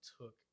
took